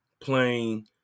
playing